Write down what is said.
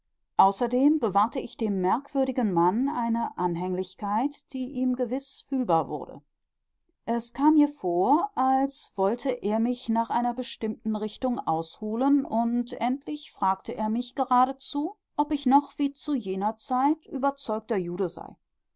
außerdem bewahrte ich dem merkwürdigen mann eine anhänglichkeit die ihm gewiß fühlbar wurde es kam mir vor als wollte er mich nach einer bestimmten richtung ausholen und endlich fragte er mich geradezu ob ich noch wie zu jener zeit überzeugter jude sei